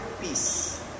peace